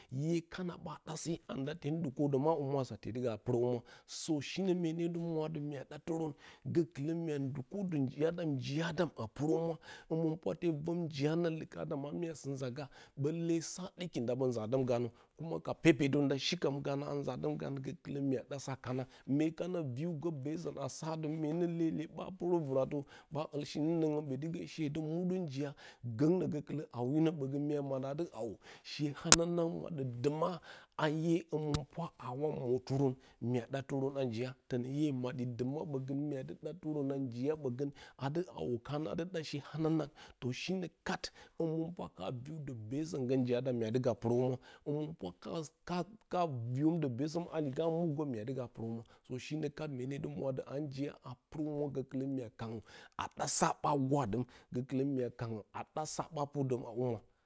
Hyekana ɓa ɗa se anda te ndukədoma humwasa te dɨ ga purohumwa so shinə mue ne dɨ mwa tɨ mua ɗa terən gokɨlə mua ndukədə njiya dam njiya dam a purohumwa həmɨnte vom njiya nə lekadom amya sɨ nza ga ɓo le saɗiki ndabo uzadəm ganə kuma ka pepdə nda shi kam gana a zadəm ganə go kɨlə mua dam sa kana mye kana viw gə beson a sa ɗi myenə lele ɓa purə voatə ɓa ul shi nonougm botigə she dɨ mudə njiya gongnə gokɨlə hawman mya mada dɨ hawo she honanawo, madə duma a iye həninpura a wo motɨrən mya dətɨrən a njiya tonə iye madi duma ɓogən muadɨ dɨ datirə a njina ɓogə a dɨ hawo kerən adɨ ɗa she hananang to shno kat həmɨnpwaka viwdo beson go njiya dam mya dɨ ga puro humwa həmɨnpwa ka ka ka viwom do beson a murgəm muadɨ ga purohumura to shino ka mye dɨ mwaatɨ a njiya a purohumwa gokɨlə mya kanoyo a ɗasa ɓa gwadom gokɨlə mya kangyo a dasa ɓa pardom a humwa.